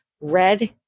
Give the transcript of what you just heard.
red